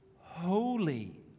holy